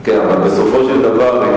אבל זה